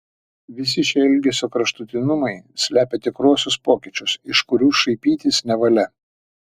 visi šie elgesio kraštutinumai slepia tikruosius pokyčius iš kurių šaipytis nevalia